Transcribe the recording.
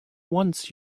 wants